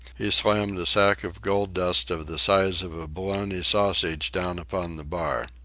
he slammed a sack of gold dust of the size of a bologna sausage down upon the bar.